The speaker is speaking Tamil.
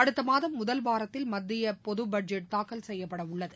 அடுத்தமாதம் முதல்வாரத்தில் மத்தியபொதுபட்ஜெட் தாக்கல் செய்யப்படஉள்ளது